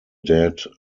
dead